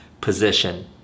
position